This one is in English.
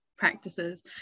practices